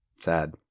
Sad